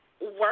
work